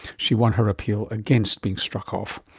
she won her appeal against being struck off.